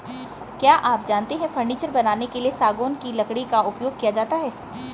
क्या आप जानते है फर्नीचर बनाने के लिए सागौन की लकड़ी का उपयोग किया जाता है